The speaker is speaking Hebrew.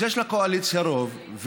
אז יש לקואליציה רוב,